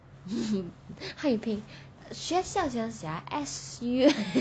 汉语拼音学校这样写啊 s u